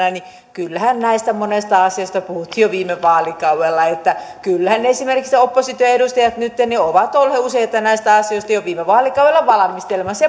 kyllähän näistä monesta asiasta puhuttiin jo viime vaalikaudella kyllähän esimerkiksi opposition edustajat nytten ovat olleet useita näistä asioista jo viime vaalikaudella valmistelemassa